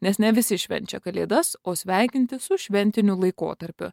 nes ne visi švenčia kalėdas o sveikinti su šventiniu laikotarpiu